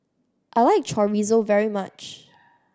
I like Chorizo very much